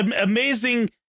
amazing